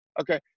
Okay